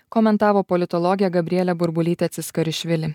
komentavo politologė gabrielė burbulytė ciskarišvili